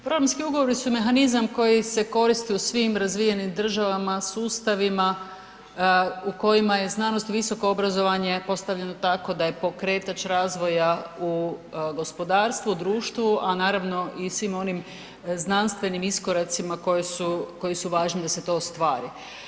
Programski ugovori su mehanizam koji se koristi u svim razvijenim državama, sustavima u kojima je znanost i visoko obrazovanje postavljeno tako da je pokretač razvoja u gospodarstvu, u društvu, a naravno i svim onim znanstvenim iskoracima koji su važni da se to ostvari.